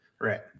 Right